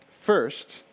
First